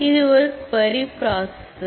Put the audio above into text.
இது ஒரு query processor